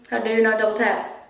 dare you not double tap?